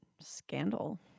scandal